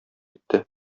итте